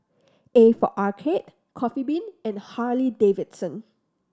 A for Arcade Coffee Bean and Harley Davidson